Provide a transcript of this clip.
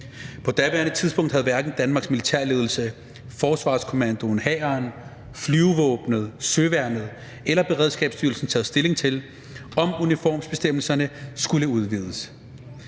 På daværende tidspunkt havde hverken Danmarks militære ledelse, Forsvarskommandoen, hæren, flyvevåbnet, søværnet eller Beredskabsstyrelsen taget stilling til, om uniformsbestemmelserne skulle udvides,